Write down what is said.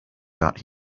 got